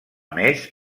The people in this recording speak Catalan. més